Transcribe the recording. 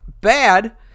bad